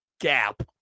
gap